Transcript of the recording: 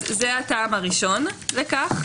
זה הטעם הראשון לכך.